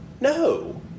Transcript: No